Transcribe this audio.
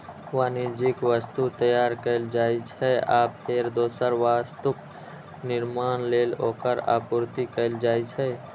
वाणिज्यिक वस्तु तैयार कैल जाइ छै, आ फेर दोसर वस्तुक निर्माण लेल ओकर आपूर्ति कैल जाइ छै